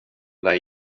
där